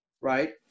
right